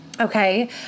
Okay